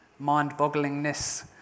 mind-bogglingness